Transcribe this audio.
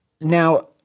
Now